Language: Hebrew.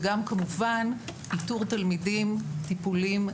וגם כמובן איתור תלמידים טיפוליים,